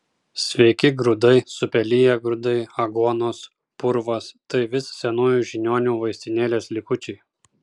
sveiki grūdai supeliję grūdai aguonos purvas tai vis senųjų žiniuonių vaistinėlės likučiai